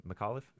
McAuliffe